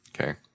Okay